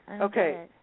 Okay